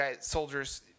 soldiers